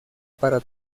para